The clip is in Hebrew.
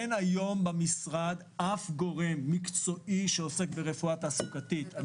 אין היום במשרד אף גורם מקצועי שעוסק ברפואה תעסוקתית.